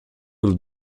will